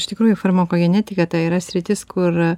iš tikrųjų farmakogenetika tai yra sritis kur